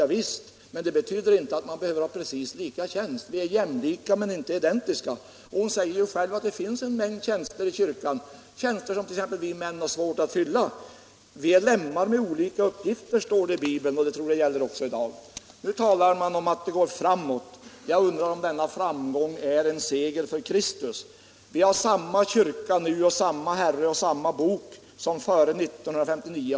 Ja visst, men det betyder inte att man behöver ha precis samma tjänst. Vi är jämlika men inte identiska. Fru Ahrland säger ju själv att det finns en mängd tjänster i kyrkan, och en del av dem kan vi män ha svårt att fylla. Vi är lemmar med olika uppgifter, står det i Bibeln, och det tror jag gäller också i dag. Nu talar man om att det går framåt. Jag undrar om denna framgång är en seger för Kristus. Vi har samma kyrka nu och samma Herre och samma bok som före 1959.